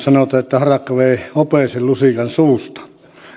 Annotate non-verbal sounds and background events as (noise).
(unintelligible) sanotaan että harakka vei hopeisen lusikan suusta